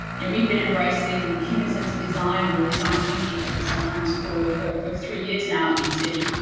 and we've been embracing human-centered design, or design thinking as it's sometimes called, for for three years now at bt.